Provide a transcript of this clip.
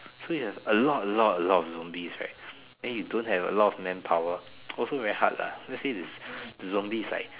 so if we have a lot a lot a lot of zombies right then you don't have a lot of man power also very hard lah let's say the zombies is like